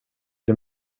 det